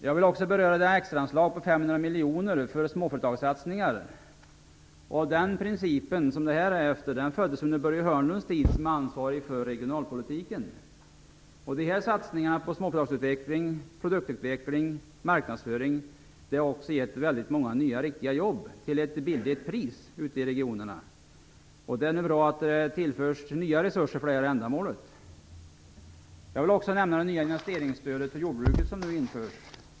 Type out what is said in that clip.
Jag vill också beröra det extraanslag på 500 miljoner för småföretagssatsningar. Den principen föddes under Börje Hörnlunds tid som ansvarig för regionalpolitiken. Dessa satsningar på småföretagsutveckling, produktutveckling och marknadsföring har gett väldigt många nya riktiga jobb till ett billigt pris ute i regionerna. Det är bra att det nu tillförs nya resurser för detta ändamål. Jag vill också nämna det nya investeringsstödet för jordbruket som nu införs.